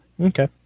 Okay